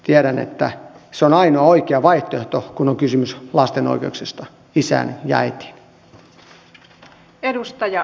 tiedän että se on ainoa vaihtoehto kun on kysymys lasten oikeuksista isään ja äitiin